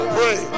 Pray